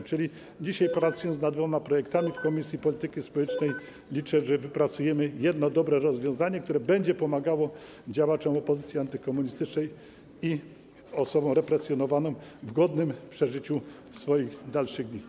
Liczę na to, że dzisiaj, pracując nad dwoma projektami w Komisji Polityki Społecznej, wypracujemy jedno dobre rozwiązanie, które będzie pomagało działaczom opozycji antykomunistycznej i osobom represjonowanym w godnym przeżyciu ich dalszych dni.